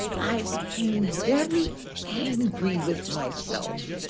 i became very angry with myself,